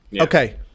Okay